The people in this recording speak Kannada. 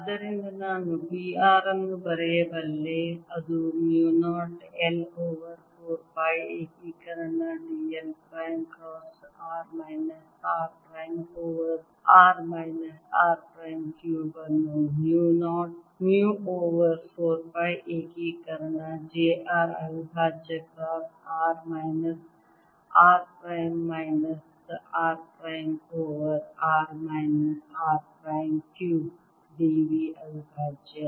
ಆದ್ದರಿಂದ ನಾನು B r ಅನ್ನು ಬರೆಯಬಲ್ಲೆ ಅದು ಮ್ಯೂ 0 I ಓವರ್ 4 ಪೈ ಏಕೀಕರಣ d l prime cross r minus r prime over r minus r prime cube ಅನ್ನು ಮ್ಯೂ ಓವರ್ 4 ಪೈ ಏಕೀಕರಣ j r ಅವಿಭಾಜ್ಯ cross r minus r prime minus r prime over r minus r prime cube d v ಅವಿಭಾಜ್ಯ